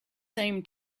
same